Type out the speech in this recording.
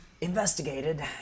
Investigated